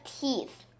teeth